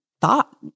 thought